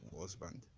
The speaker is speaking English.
husband